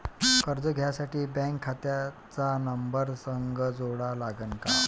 कर्ज घ्यासाठी बँक खात्याचा नंबर संग जोडा लागन का?